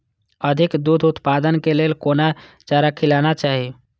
अधिक दूध उत्पादन के लेल कोन चारा खिलाना चाही?